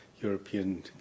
European